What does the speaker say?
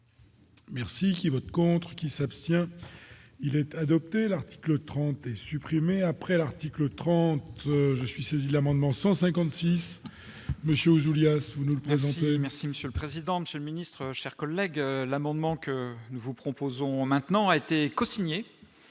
Merci qui vote contre qui s'abstient, il était adopté l'article 31 après l'article 30 je suis saisi l'amendement 156 monsieur Ouzoulias, vous nous le présente. Si Monsieur le Président, Monsieur le Ministre, chers collègues, l'amendement que nous vous proposons maintenant a été cosigné